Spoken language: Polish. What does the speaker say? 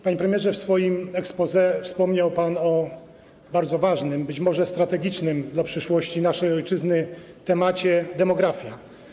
Panie premierze, w swoim exposé wspomniał pan o bardzo ważnym, być może strategicznym dla przyszłości naszej ojczyzny temacie - demografii.